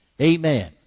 Amen